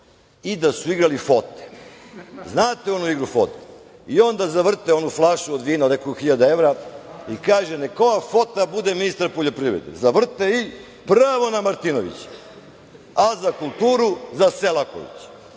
i da su igrali fote. Znate, onu igru fote? I onda zavrte onu flašu od vina od nekoliko hiljada evra i kaže - neka ova fota bude ministar poljoprivrede, zavrte i pravo na Martinovića, a za kulturu za Selakovića. Ono